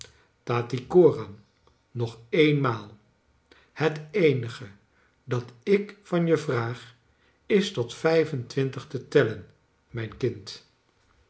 tattycoram nog eenmaal het eenige dat ik van je vraag is tot vijfentwintig te tellen mijn kind